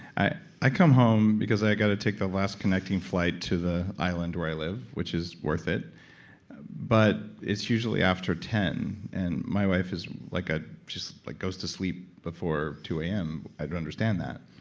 i i come home, because i gotta take the last connecting flight to the island where i live, which is worth it but it's usually after ten and my wife is like ah like, goes to sleep before two am. i don't understand that,